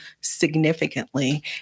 significantly